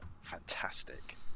fantastic